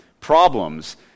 problems